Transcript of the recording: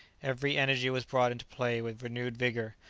every energy was brought into play with renewed vigour.